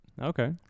Okay